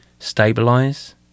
Stabilize